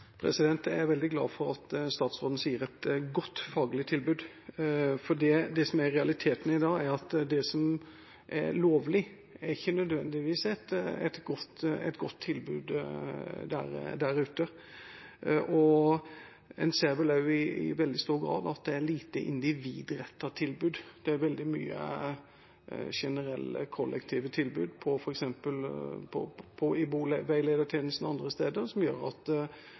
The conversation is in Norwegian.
Jeg er veldig glad for at statsråden sier «et godt faglig tilbud», for det som er realiteten i dag, er at det som er lovlig, ikke nødvendigvis er et godt tilbud der ute. Man ser vel også i veldig stor grad at det er lite individrettete tilbud. Det er veldig mye generelle, kollektive tilbud, f.eks. i boveiledertjenesten og andre steder, som gjør at